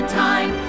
time